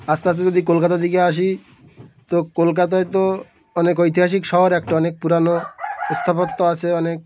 আস্তে আস্তে যদি কলকাতার দিকে আসি তো কলকাতায় তো অনেক ঐতিহাসিক শহর একটা অনেক পুরানো স্থাপত্য আছে অনেক